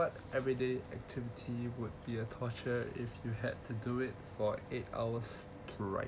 what everyday activity would be a torture if you had to do it for eight hours to right